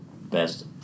best